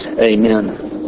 Amen